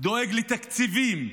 דואג לתקציבים,